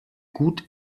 gut